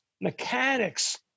mechanics